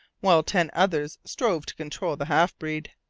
while ten others strove to control the half-breed.